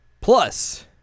plus